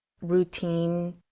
routine